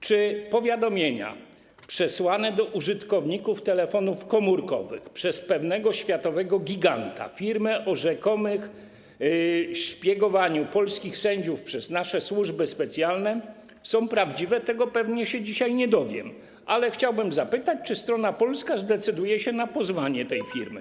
Czy powiadomienia przesłane do użytkowników telefonów komórkowych przez pewną firmę, światowego giganta, o rzekomym szpiegowaniu polskich sędziów przez nasze służby specjalne są prawdziwe, tego pewnie się dzisiaj nie dowiem, ale chciałbym zapytać, czy strona polska zdecyduje się na pozwanie tej firmy.